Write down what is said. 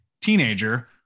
teenager